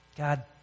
God